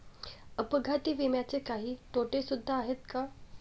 अपघाती विम्याचे काही तोटे सुद्धा आहेत का?